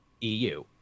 EU